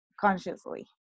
consciously